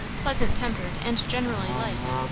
pleasant-tempered and generally liked,